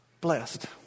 blessed